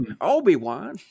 Obi-Wan